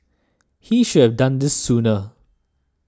he should done this sooner